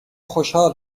خوشحال